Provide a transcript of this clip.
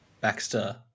Baxter